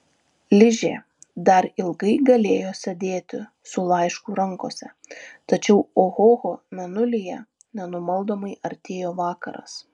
ližė dar ilgai galėjo sėdėti su laišku rankose tačiau ohoho mėnulyje nenumaldomai artėjo vakaras